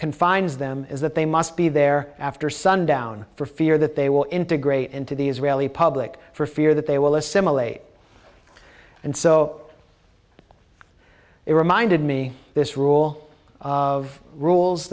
confines them is that they must be there after sundown for fear that they will integrate into the israeli public for fear that they will assimilate and so they reminded me this rule of rules